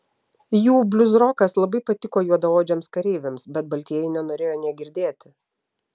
jų bliuzrokas labai patiko juodaodžiams kareiviams bet baltieji nenorėjo nė girdėti